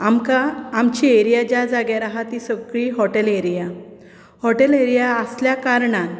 आमकां आमची ऐरया ज्या जाग्यार आसा ती सगळीं हॉटेल ऐरया हॉटेल ऐरया आसल्या कारणान